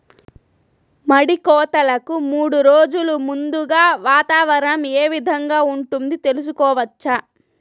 మడి కోతలకు మూడు రోజులు ముందుగా వాతావరణం ఏ విధంగా ఉంటుంది, తెలుసుకోవచ్చా?